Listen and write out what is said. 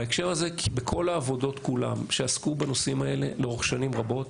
בהקשר הזה בכל העבודות כולן שעסקו בנושאים האלה לאורך שנים רבות,